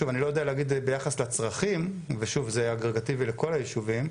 שוב אני לא יודע להגיד ביחס לצרכים ושוב זה אגרגטיבי לכל היישובים,